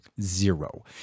Zero